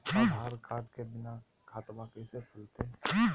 आधार card के बिना खाताबा कैसे खुल तय?